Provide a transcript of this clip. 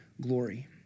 glory